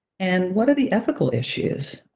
and what are the ethical issues?